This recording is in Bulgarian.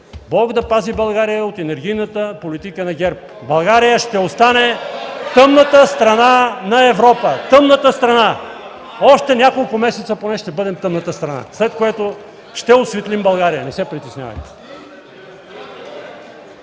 Бог да пази България от енергийната политика на ГЕРБ! (Шум и реплики от ГЕРБ.) България ще остане тъмната страна на Европа. Тъмната страна. Още няколко месеца поне ще бъдем тъмната страна, след което ще осветлим България, не се притеснявайте.